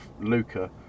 Luca